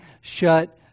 shut